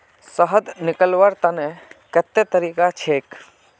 शहद निकलव्वार तने कत्ते तरीका छेक?